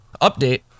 Update